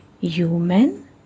human